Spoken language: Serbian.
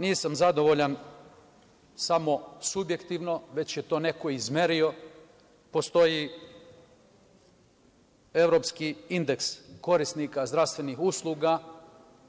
Nisam zadovoljan samo subjektivno, već je to neko izmerio, postoji evropski indeks korisnika zdravstvenih usluga